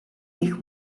гэх